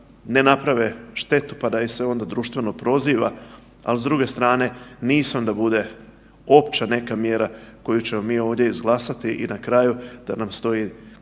ne naprave štetu pa da ih se onda društveno proziva, ali s druge strane nisam da bude opća neka mjera koju ćemo mi ovdje izglasati i na kraju da nam stoji